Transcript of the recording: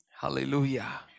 Hallelujah